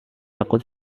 aku